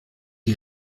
die